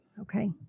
okay